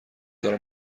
دارم